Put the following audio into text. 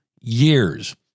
years